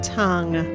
tongue